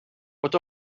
what